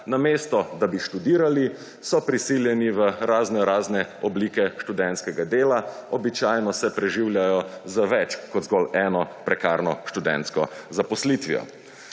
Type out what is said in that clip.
Namesto da bi študirali, so prisiljeni v razno razne oblike študentskega dela, običajno se preživljajo z več kot zgolj eno prekarno študentsko zaposlitvijo.